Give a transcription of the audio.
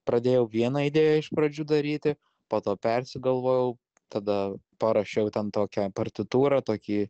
pradėjau vieną idėją iš pradžių daryti po to persigalvojau tada parašiau ten tokią partitūrą tokį